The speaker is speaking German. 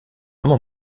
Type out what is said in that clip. immer